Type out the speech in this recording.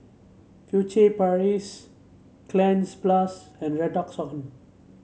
Furtere Paris Cleanz Plus and Redoxon